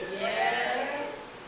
Yes